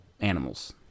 animals